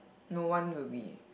no one will be